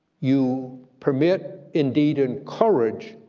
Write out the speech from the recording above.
you permit, indeed, encourage,